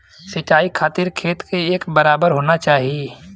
सिंचाई खातिर खेत के एक बराबर होना चाही